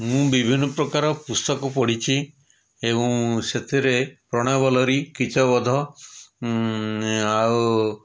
ମୁଁ ବିଭିନ୍ନପ୍ରକାର ପୁସ୍ତକ ପଢ଼ିଛି ଏବଂ ସେଥିରେ ପ୍ରଣୟ ବଲ୍ଲରି କିଚକବଧ ଆଉ